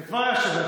זה כבר היה שווה.